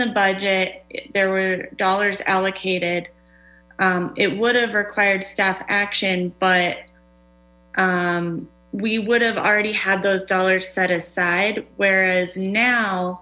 the budget there were dollars allocated it would have required staff action but we would have already had those dollars set aside whereas now